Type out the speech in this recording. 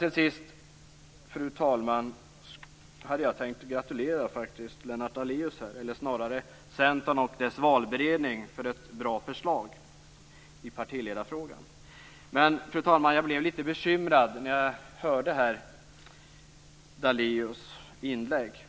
Till sist, fru talman, hade jag tänkt gratulera Lennart Daléus eller snarare Centern och dess valberedning till ett bra förslag i partiledarfrågan. Men jag blev litet bekymrad när jag hörde Daléus inlägg här.